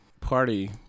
party